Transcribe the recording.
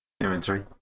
inventory